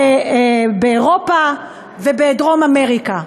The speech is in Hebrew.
באירופה ובדרום-אמריקה,